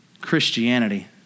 Christianity